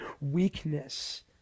weakness